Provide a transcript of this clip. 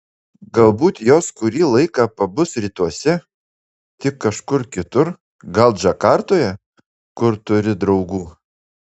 galbūt jos kurį laiką pabus rytuose tik kažkur kitur gal džakartoje kur turi draugų